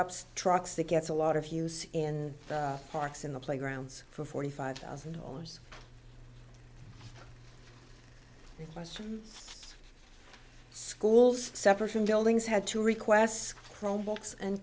ups trucks that gets a lot of use in parks in the playgrounds for forty five thousand dollars question schools separate from buildings had two requests from books and